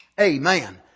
amen